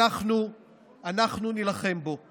אנחנו נילחם בו.